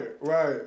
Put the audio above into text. right